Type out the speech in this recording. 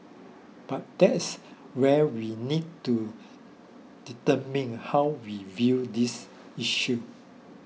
but that's where we need to determine how we view these issues